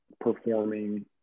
performing